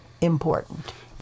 important